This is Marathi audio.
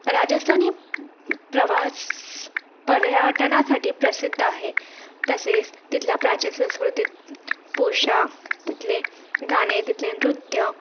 राजस्थानी प्रवास पर्यटनासाठी प्रसिद्ध आहे तसेच तिथल्या प्राचीन संस्कृतीत पोषाख तिथले गाणे तिथले नृत्य